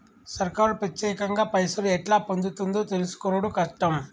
సర్కారు పత్యేకంగా పైసలు ఎట్లా పొందుతుందో తెలుసుకునుడు కట్టం